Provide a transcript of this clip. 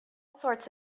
sorts